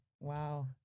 Wow